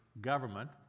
government